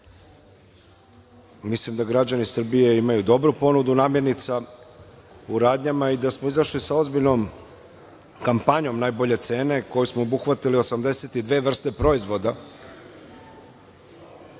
Mislim da građani Srbije imaju dobru ponudu namirnica u radnjama i da smo izašli sa ozbiljnom kampanjom „Najbolje cene“ kojom smo obuhvatili 82 vrste proizvoda,